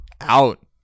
Out